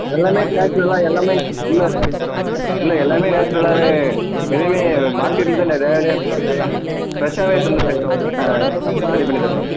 எல்லாமே நேட்சுரலாக எல்லாமே இல்லை இல்லை எல்லாமே நேட்சுரலாவே எதுவுமே மார்கெட்டுலேர்ந்து நான் நேரடியாக எடுத்துட்டு வந்து ஃப்ரெஷ்ஷாவே எடுத்துட்டு வந்து செய்கிறது நான் ரெடி பண்ணித் தருவோம்